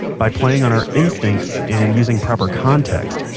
by playing on our instincts and using proper context,